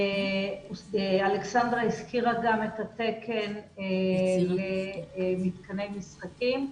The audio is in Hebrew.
אלכסנדרה הזכירה גם את התקן למתקני משחקים.